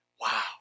Wow